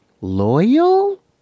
loyal